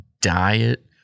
diet